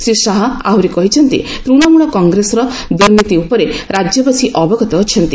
ଶ୍ରୀ ଶାହା ଆହୁରି କହିଛନ୍ତି ତୃଶମୂଳ କଂଗ୍ରେସର ଦୁର୍ନୀତି ଉପରେ ରାଜ୍ୟବାସୀ ଅବଗତ ଅଛନ୍ତି